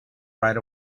right